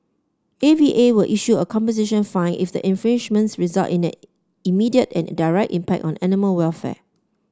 A V A will issue a composition fine if the infringements result in an immediate and direct impact on animal welfare